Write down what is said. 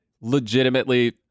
legitimately